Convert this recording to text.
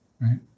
Right